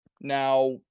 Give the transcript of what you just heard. Now